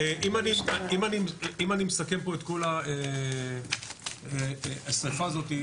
אם אני מסכם פה את כל השריפה הזאת,